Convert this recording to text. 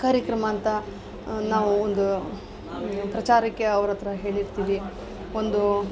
ಕಾರ್ಯಕ್ರಮ ಅಂತ ನಾವು ಒಂದು ಪ್ರಚಾರಕ್ಕೆ ಅವ್ರ ಹತ್ರ ಹೇಳಿರ್ತೀವಿ ಒಂದು